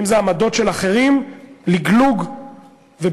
אם זה עמדות של אחרים לגלוג ובוז.